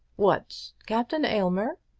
what captain aylmer?